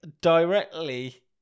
directly